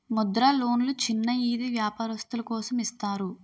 ముద్ర లోన్లు చిన్న ఈది వ్యాపారస్తులు కోసం ఇస్తారు